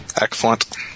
excellent